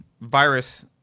virus